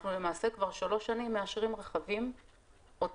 אנחנו למעשה כבר שלוש שנים מאשרים רכבים אוטונומיים,